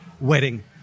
wedding